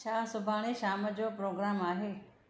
छा सुभाणे शाम जो प्रोग्राम आहे